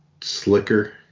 slicker